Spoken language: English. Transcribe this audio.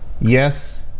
yes